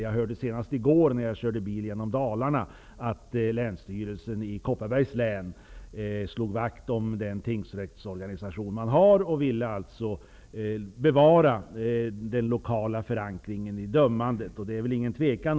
Jag hörde senast i går när jag körde bil genom Dalarna att länsstyrelsen i Kopparbergs län slår vakt om den tingsrättsorganisation som man har. Man ville bevara den lokala förankringen i dömandet.